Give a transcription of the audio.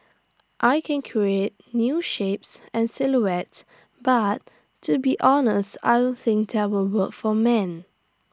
I can create new shapes and silhouettes but to be honest I don't think that will work for men